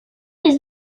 his